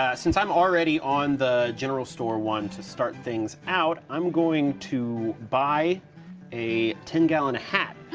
ah since i'm already on the general store one to start things out, i'm going to buy a ten-gallon hat,